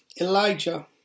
Elijah